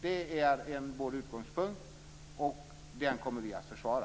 Det är vår utgångspunkt och den kommer vi att försvara.